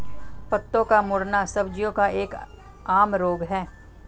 पत्तों का मुड़ना सब्जियों का एक आम रोग है